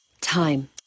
Time